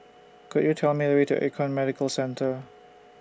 Could YOU Tell Me The Way to Econ Medicare Centre